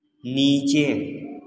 नीचे